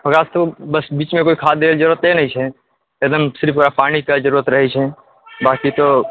ओकरा बीचमे खाद देबैके जरूरत नहि रहै छै एकदम फिर ओकरा पानिके जरूरत रहै छै बाकि तो